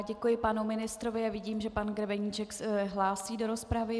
Děkuji panu ministrovi a vidím, že pan Grebeníček se hlásí do rozpravy.